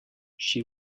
she